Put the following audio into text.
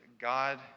God